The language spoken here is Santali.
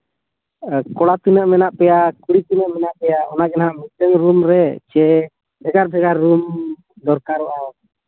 ᱠᱚᱲᱟ ᱛᱤᱱᱟᱹᱜ ᱢᱮᱱᱟᱜ ᱯᱮᱭᱟ ᱠᱩᱲᱤ ᱛᱤᱱᱟᱹᱜ ᱢᱮᱱᱟᱜ ᱯᱮᱭᱟ ᱚᱱᱟ ᱡᱟᱱᱟᱝ ᱢᱤᱫᱴᱤᱱ ᱨᱩᱢ ᱨᱮ ᱥᱮ ᱵᱷᱮᱜᱟᱨ ᱵᱷᱮᱜᱟᱨ ᱨᱩᱢ ᱫᱚᱨᱠᱟᱨᱚᱜᱼᱟ